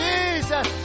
Jesus